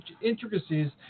intricacies